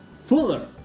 fuller